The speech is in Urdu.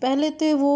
پہلے تو وہ